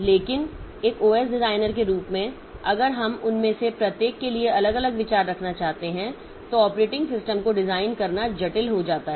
लेकिन एक OS designer के रूप में अगर हम उनमें से प्रत्येक के लिए अलग अलग विचार रखना चाहते हैं तो ऑपरेटिंग सिस्टम को डिजाइन करना जटिल हो जाता है